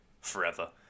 forever